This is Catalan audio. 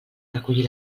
recollir